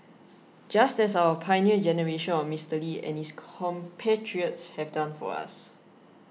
just as our Pioneer Generation of Mister Lee and his compatriots have done for us